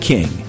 King